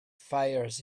fires